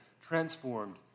transformed